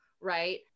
Right